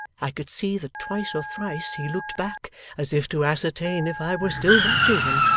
i could see that twice or thrice he looked back as if to ascertain if i were still watching him,